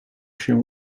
się